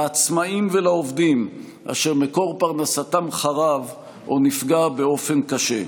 לעצמאים ולעובדים אשר מקור פרנסתם חרב או נפגע באופן קשה.